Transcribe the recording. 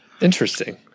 interesting